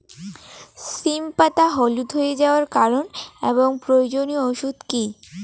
সিম পাতা হলুদ হয়ে যাওয়ার কারণ এবং প্রয়োজনীয় ওষুধ কি?